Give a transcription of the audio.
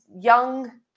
young